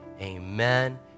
amen